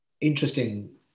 interesting